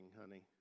honey